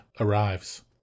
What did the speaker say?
arrives